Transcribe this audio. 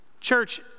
Church